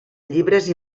llibres